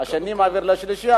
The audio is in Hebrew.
השני מעביר לשלישי,